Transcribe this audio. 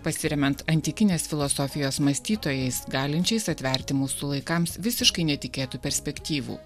pasiremiant antikinės filosofijos mąstytojais galinčiais atverti mūsų laikams visiškai netikėtų perspektyvų